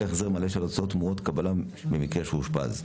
החזר מלא של ההוצאה תמורת קבלה במקרה שאושפז.